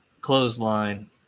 Clothesline